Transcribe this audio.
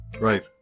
Right